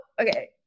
okay